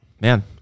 Man